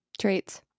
traits